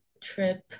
trip